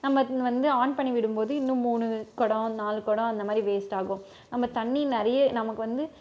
நம்ம அது வந்து ஆன் பண்ணி விடும்போது இன்னும் மூணு குடம் நாலு குடம் அந்தமாதிரி வேஸ்டாகும் நம்ம தண்ணி நிறைய நமக்கு வந்து